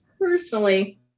personally